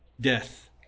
death